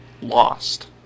lost